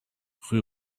rue